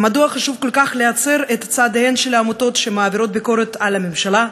מדוע חשוב כל כך להצר את צעדיהן של העמותות שמעבירות ביקורת על הממשלה,